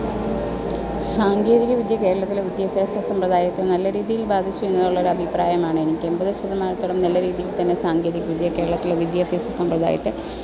സാങ്കേതിക വിദ്യ കേരളത്തിലെ വിദ്യാഭ്യാസ സമ്പ്രദായത്തെ നല്ല രീതിയിൽ ബാധിച്ചു എന്നുള്ളൊരു അഭിപ്രായമാണ് എനിക്ക് എമ്പത് ശതമാനത്തോളും നല്ല രീതിയിൽ തന്നെ സാങ്കേതിക വിദ്യ കേരളത്തിലെ വിദ്യാഭ്യാസ സമ്പ്രദായത്തെ